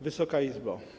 Wysoka Izbo!